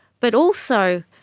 but also,